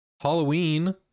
Halloween